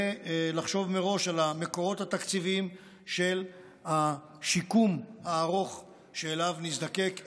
ולחשוב מראש על המקורות התקציביים של השיקום הארוך שאליו נזדקק.